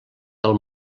del